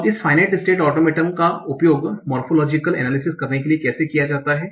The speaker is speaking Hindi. अब इस फाइनाइट स्टेट ऑटोमेटन का उपयोग मोरफोलोजीकल अनालिसिस करने के लिए कैसे किया जाता है